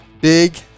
big